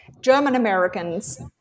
German-Americans